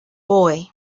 boy